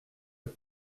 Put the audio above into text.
эту